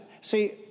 See